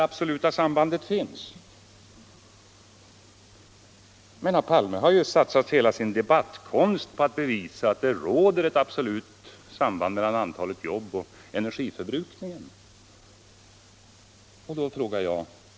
Herr Palme har ju satsat hela sin debattkonst på att bevisa att det råder ett absolut samband mellan antalet jobb och energiförbrukningen.